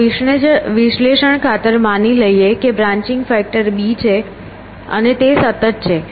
ચાલો વિશ્લેષણ ખાતર માની લઈએ કે બ્રાંચિંગ ફેક્ટર b છે અને તે સતત છે